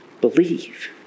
believe